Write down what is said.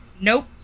nope